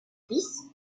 fils